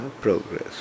progress